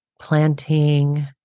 planting